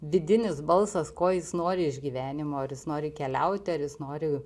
vidinis balsas ko jis nori iš gyvenimo ar jis nori keliauti ar jis nori